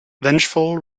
vengeful